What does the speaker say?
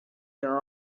there